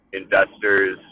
investors